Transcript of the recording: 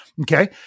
Okay